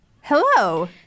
Hello